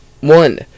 One